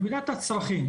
נקודת הצרכים,